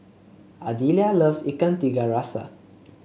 Ardelia loves Ikan Tiga Rasa